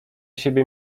siebie